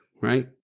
right